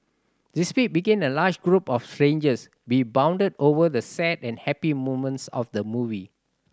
despite being a large group of strangers we bonded over the sad and happy moments of the movie